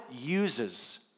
uses